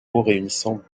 réunissant